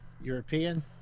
European